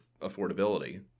affordability